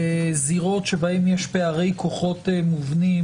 בזירות שבהן יש פערי כוחות מובנים,